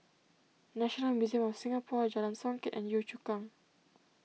National Museum of Singapore Jalan Songket and Yio Chu Kang